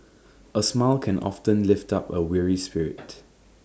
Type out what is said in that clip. A smile can often lift up A weary spirit